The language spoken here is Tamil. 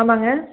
ஆமாங்க